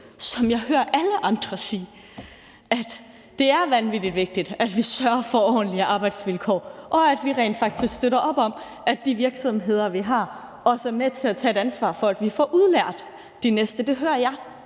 som jeg hører alle andre sige, at det er vanvittig vigtigt, at vi sørger for ordentlige arbejdsvilkår, og at vi rent faktisk støtter op om, at de virksomheder, vi har, også er med til at tage et ansvar for, at vi får udlært nye medarbejdere. Det hører jeg